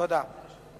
תודה.